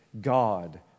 God